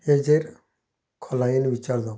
हाजेर खोलायेन विचार जावपाक जाय